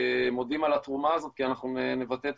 מודים על התרומה הזאת כי אנחנו נבטא את